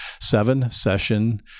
seven-session